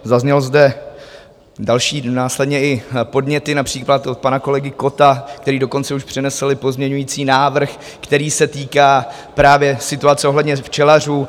Zazněly zde následně i další podněty, například od pana kolegy Kotta, který dokonce už přinesl i pozměňovací návrh, který se týká právě situace ohledně včelařů.